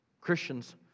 Christians